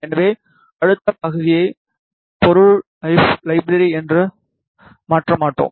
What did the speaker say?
எனவே அடுத்த பகுதியை பொருள் லைஃப்பெரி என்று மாற்ற மாட்டோம்